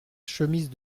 chemise